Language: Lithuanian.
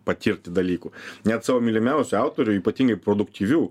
patirti dalykų net savo mylimiausių autorių ypatingai produktyvių